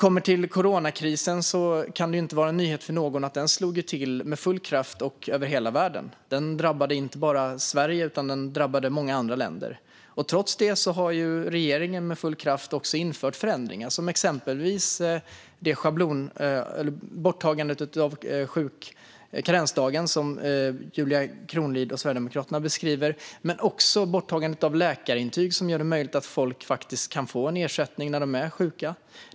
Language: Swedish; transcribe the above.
Det kan inte vara en nyhet för någon att coronakrisen slog till med full kraft och över hela världen. Den drabbade inte bara Sverige utan också många andra länder. Regeringen har med full kraft infört förändringar, exempelvis borttagandet av karensdagen, som Julia Kronlid och Sverigedemokraterna beskriver. Men det gäller också borttagandet av läkarintyg, som gör det möjligt för folk att få en ersättning när de är sjuka.